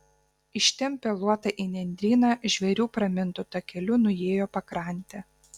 ištempę luotą į nendryną žvėrių pramintu takeliu nuėjo pakrante